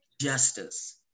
justice